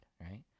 right